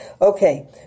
Okay